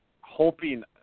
hoping –